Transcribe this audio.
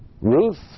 Ruth